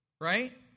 Right